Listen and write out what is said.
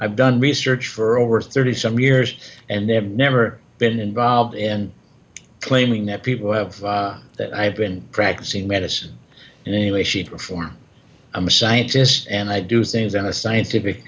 i've done research for over thirty some years and they have never been involved in claiming that people have that i have been practicing medicine in any way shape or form i'm a scientist and i do things on a scientific